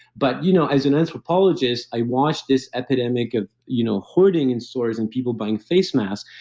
but you know as an anthropologist, i watch this epidemic as you know hoarding in stores and people buying face masks,